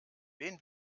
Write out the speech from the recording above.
wen